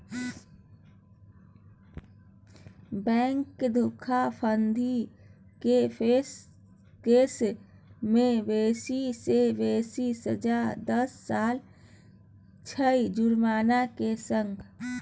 bank धुरफंदी केर case मे बेसी सँ बेसी सजा दस सालक छै जुर्माना संग